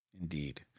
Indeed